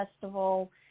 festival